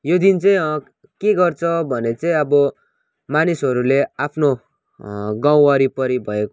यो दिन चाहिँ के गर्छ भने चाहिँ अब मानिसहरूले आफ्नो गाउँ वरिपरि भएको